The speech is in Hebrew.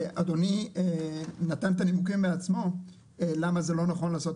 אדוני נתן את הנימוקים בעצמו למה זה לא נכון לעשות